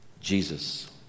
Jesus